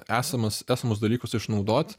esamas esamus dalykus išnaudot